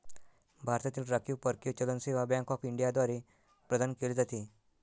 भारतातील राखीव परकीय चलन सेवा बँक ऑफ इंडिया द्वारे प्रदान केले जाते